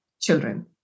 children